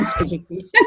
education